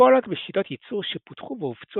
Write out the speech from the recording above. הפועלות בשיטות ייצור שפותחו והופצו